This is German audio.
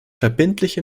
verbindliche